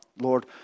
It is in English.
Lord